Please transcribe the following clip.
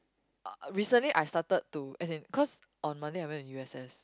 uh recently I started to as in cause on Monday I went to u_s_s